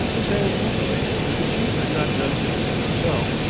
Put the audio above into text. saying openly that the chief had not done everything himself,